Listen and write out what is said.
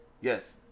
Yes